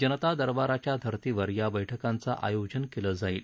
जनता दरबाराच्या धर्तीवर या बठकांचं आयोजन केलं जाईल